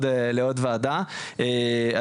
במקצוע שאין בו אופק קידום.